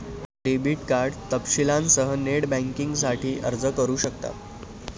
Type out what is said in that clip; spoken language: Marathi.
डेबिट कार्ड तपशीलांसह नेट बँकिंगसाठी अर्ज करू शकतात